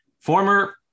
former